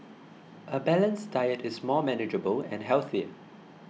a balanced diet is much more manageable and healthier